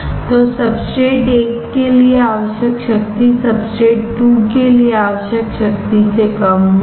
तो सब्सट्रेट 1 के लिए आवश्यक शक्ति सब्सट्रेट 2 के लिए आवश्यक शक्ति से कम होगी